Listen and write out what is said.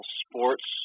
sports